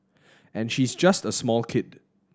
and she's just a small kid